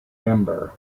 member